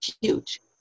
Huge